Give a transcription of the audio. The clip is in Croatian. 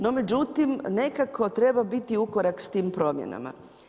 No, međutim, nekako treba biti ukorak s tim promjenama.